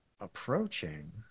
approaching